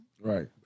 Right